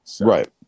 Right